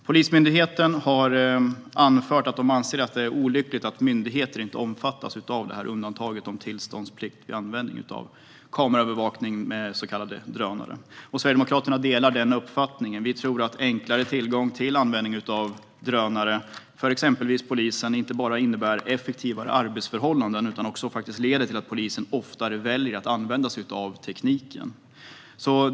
Polismyndigheten har anfört att man tycker att det är olyckligt att myndigheter inte omfattas av undantaget om tillståndsplikt vid användning av kameraövervakning med så kallade drönare. Sverigedemokraterna delar denna uppfattning. Vi tror att enklare tillgång till användning av drönare för exempelvis polisen inte bara innebär effektivare arbetsförhållanden utan också leder till att polisen oftare väljer att använda sig av tekniken.